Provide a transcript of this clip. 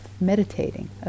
meditating